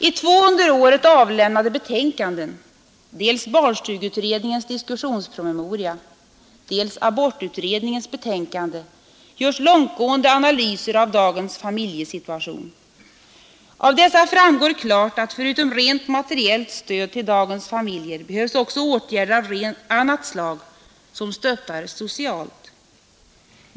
I två under året avlämnade betänkanden, dels barnstugeutredningens diskussionspromemoria, dels abortutredningens betänkande, görs långtgående analyser av dagens familjesituation. Av dessa framgår klart att förutom rent materiellt stöd till dagens familjer behövs också åtgärder av annat slag som stöttar socialt.